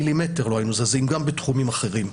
מילימטר לא היינו זזים גם בתחומים אחרים.